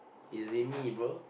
it it me bro